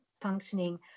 functioning